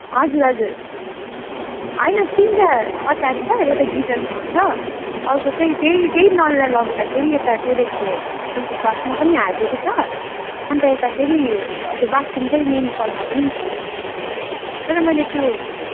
हजुर हजुर होइन तिनवटा अट्याच छ एउटा गिजरसँग छ अर्को चाहिँ त्यही त्यही नललाई लगेर फेरि यता टोइलेटको फ्लसमा पनि हालिदिएको छ अन्त यता फेरि हजुर बाथरुमकै मेन कलमा पनि छ तर मैले त्यो